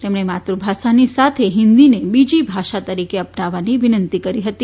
તેમણે માતૃ ભાષાની સાથે હિંદીને બીજી ભાષા તરીકે અપનાવવાની વિનંતી કરી હતી